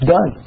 Done